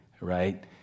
Right